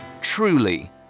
Truly